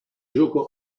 gioco